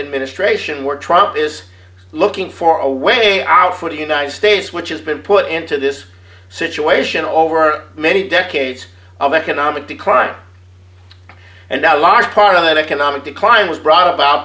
administration where trump is looking for a way out for the united states which has been put into this situation over many decades of economic decline and now a large part of that economic decline was brought about